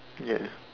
yes